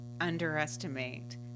underestimate